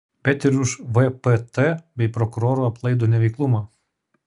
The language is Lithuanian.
bet ir už vpt bei prokurorų aplaidų neveiklumą